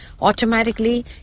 automatically